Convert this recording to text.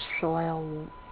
soil